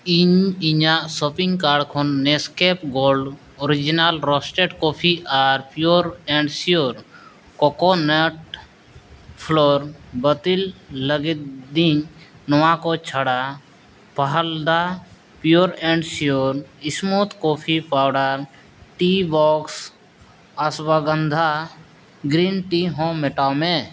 ᱤᱧ ᱤᱧᱟᱹᱜ shopping card ᱠᱷᱚᱱ Nescafe gold original roasted coffee ᱟᱨ pure and sure coconut flour bottle ᱞᱟᱹᱜᱤᱫ ᱤᱧ ᱱᱚᱣᱟ ᱠᱚ ᱪᱷᱟᱰᱟ ᱵᱟᱦᱟᱞᱫᱟ pure and sure smooth coffee powder tea box ᱚᱨᱥᱚᱜᱚᱱᱫᱷᱟ ᱜᱨᱤᱱ ᱴᱤ ᱦᱚᱸ ᱢᱮᱴᱟᱣ ᱢᱮ